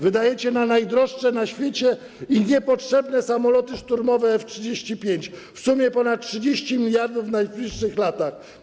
Wydacie na najdroższe na świecie i niepotrzebne samoloty szturmowe F-35 w sumie ponad 30 mld w najbliższych latach.